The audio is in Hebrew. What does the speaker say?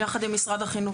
בוודאי שיחד עם משרד החינוך,